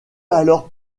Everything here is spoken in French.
alors